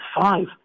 five